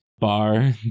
bar